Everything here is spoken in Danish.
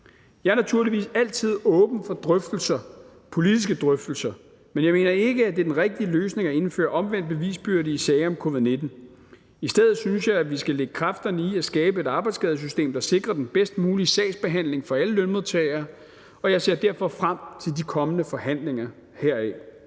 Jeg er naturligvis altid åben for politiske drøftelser, men jeg mener ikke, at det er den rigtige løsning at indføre omvendt bevisbyrde i sager om covid-19. I stedet synes jeg, at vi skal lægge kræfterne i at skabe et arbejdsskadesystem, der sikrer den bedst mulige sagsbehandling for alle lønmodtagere, og jeg ser derfor frem til de kommende forhandlinger heraf.